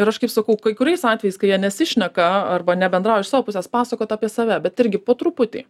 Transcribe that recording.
ir aš kaip sakau kai kuriais atvejais kai jie nesišneka arba nebendrauja iš savo pusės pasakot apie save bet irgi po truputį